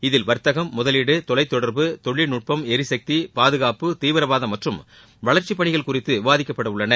இதில் வர்த்தகம் முதலீடு தொலைத்தொடர்பு தொழில்நுட்பம் எரிசக்தி பாதுகாப்பு தீவிரவாதம் மற்றும் வளர்ச்சிப்பனிகள் குறித்து விவாதிக்கப்படவுள்ளன